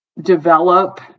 develop